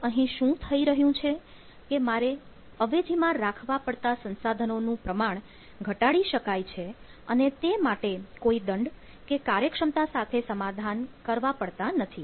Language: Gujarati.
તો અહીં શું થઈ રહ્યું છે કેમારે અવેજીમાં રાખવા પડતા સંસાધનોનું પ્રમાણ ઘટાડી શકાય છે અને તે માટે કોઈ દંડ તે કાર્યક્ષમતા સાથે સમાધાન કરવા પડતા નથી